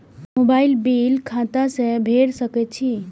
Mobile bill खाता से भेड़ सके छि?